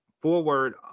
forward